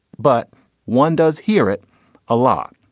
but one does hear it a lot.